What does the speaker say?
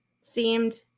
seemed